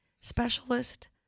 specialist